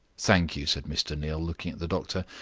thank you, said mr. neal, looking at the doctor,